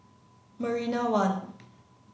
Marina One